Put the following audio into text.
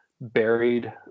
buried